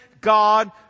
God